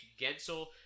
Gensel